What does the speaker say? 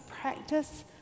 practice